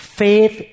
faith